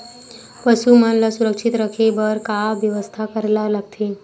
पशु मन ल सुरक्षित रखे बर का बेवस्था करेला लगथे?